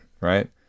right